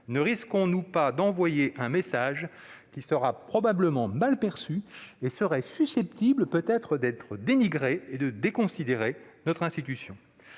ne risquons-nous pas d'envoyer un message qui sera probablement mal perçu et susceptible d'être dénigré, et de déconsidérer notre institution ?